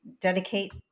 dedicate